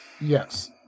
Yes